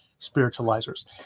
spiritualizers